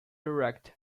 directs